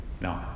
No